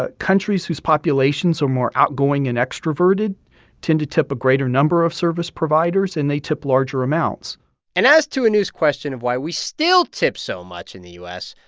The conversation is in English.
ah countries whose populations are more outgoing and extroverted tend to tip a greater number of service providers. and they tip larger amounts and as to anu's question of why we still tip so much in the u s,